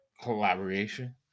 collaboration